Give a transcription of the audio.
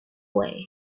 away